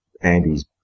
Andy's